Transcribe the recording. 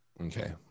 Okay